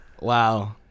wow